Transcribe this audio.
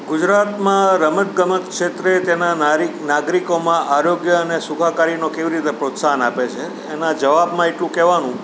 ગુજરાતમાં રમત ગમત ક્ષેત્રે તેનાં નાગરિકોમાં આરોગ્ય અને સુખાકારીનો કેવી રીતે પ્રોત્સાહન આપે છે એનાં જવાબમાં એટલું કહેવાનું